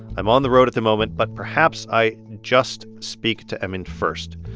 i'm on the road at the moment, but perhaps i just speak to emin first.